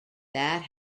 that